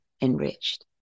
enriched